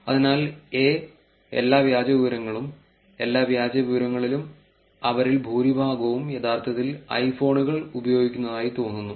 അതിനാൽ എ എല്ലാ വ്യാജ വിവരങ്ങളും എല്ലാ വ്യാജ വിവരങ്ങളിലും അവരിൽ ഭൂരിഭാഗവും യഥാർത്ഥത്തിൽ ഐഫോണുകൾ ഉപയോഗിക്കുന്നതായി തോന്നുന്നു